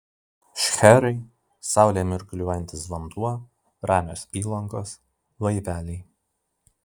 šcherai saulėje mirguliuojantis vanduo ramios įlankos laiveliai